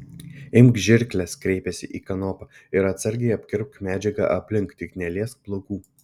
imk žirkles kreipėsi į kanopą ir atsargiai apkirpk medžiagą aplink tik neliesk plaukų